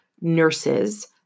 nurses